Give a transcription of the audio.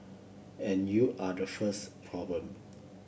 and you are the first problem